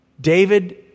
David